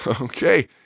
Okay